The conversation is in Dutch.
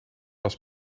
was